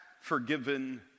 forgiven